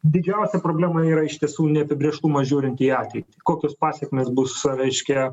didžiausia problema yra iš tiesų neapibrėžtumas žiūrint į ateitį kokios pasekmės bus reiškia